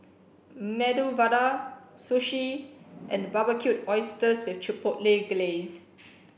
Medu Vada Sushi and Barbecued Oysters with Chipotle Glaze